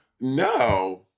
No